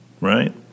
Right